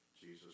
Jesus